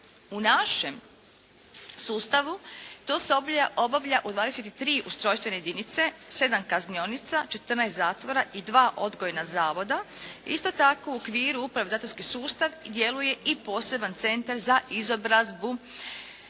U našem sustavu to se obavlja u 23 ustrojstvene jedinice, 7 kaznionica, 14 zatvora i 2 odgojna zavora. Isto tako u okviru upravo zatvorski sustav djeluje i posebno i poseban centar za izobrazbe